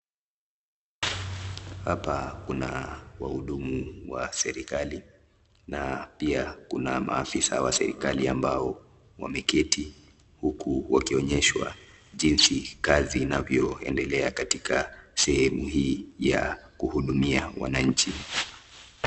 Hapa Kuna wahudumu wa serkali na pia Kuna maofisa ya serkali ambao wameketi huku wakionyeshwa jinzi kazi inavyo endelea Kwa sehemu hii kuhudumia wananchi.